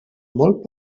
molt